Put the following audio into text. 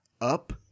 up